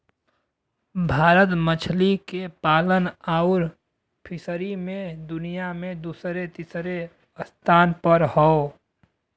भारत मछली के पालन आउर फ़िशरी मे दुनिया मे दूसरे तीसरे स्थान पर हौ